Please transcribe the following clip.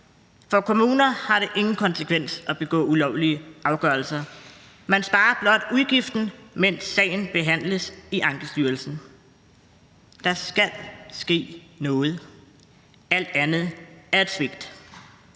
for kommunerne ikke har nogen konsekvens at træffe ulovlige afgørelser. Man sparer blot udgiften, mens sagen behandles i Ankestyrelsen. Der skal ske noget, alt andet er et svigt.